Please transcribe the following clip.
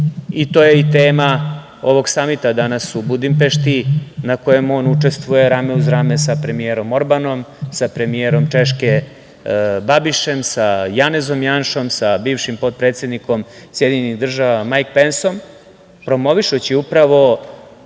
To je i tema ovog samita danas u Budimpešti, na kojem on učestvuje rame uz rame sa premijerom Orbanom, sa premijerom Češke Babišem, sa Janezom Janšom, sa bivšim potpredsednikom SAD Majk Pensom, promovišući upravo